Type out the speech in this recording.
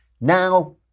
Now